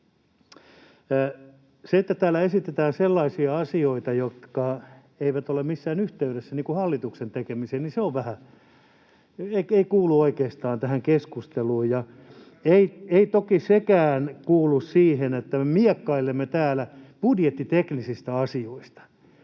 se, että täällä esitetään sellaisia asioita, jotka eivät ole missään yhteydessä hallituksen tekemiseen, ei oikeastaan kuulu tähän keskusteluun. Ei toki sekään kuulu siihen, että me miekkailemme täällä budjettiteknisistä asioista.